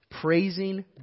praising